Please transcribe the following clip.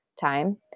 time